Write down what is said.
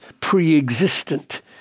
pre-existent